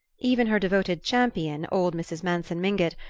even her devoted champion, old mrs. manson mingott,